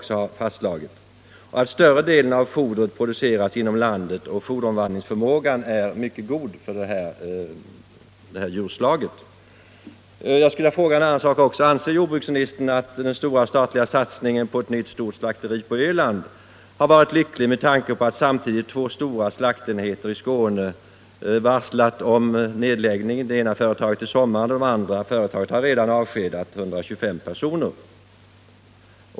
Större delen av fodret produceras inom landet, och foderomvandlingsförmågan hos det djurslag det gäller är mycket god. Jag skulle också vilja fråga: Anser jordbruksministern att den statliga satsningen på ett nytt stort slakteri på Öland har varit lycklig med tanke på att samtidigt två stora slakterienheter i Skåne varslat om nedläggning? I det ena fallet sker nedläggningen i sommar, och det andra företaget har redan avskedat 125 personer.